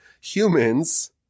Humans